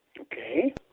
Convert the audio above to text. Okay